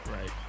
Right